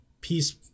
peace